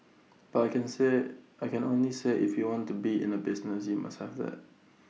but I can say I can only say if you want to be in A business you must have that